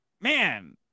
man